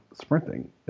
sprinting